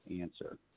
answer